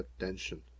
attention